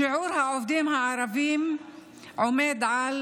שיעור העובדים הערבים עומד על